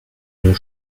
nos